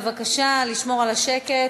בבקשה לשמור על השקט.